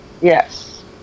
Yes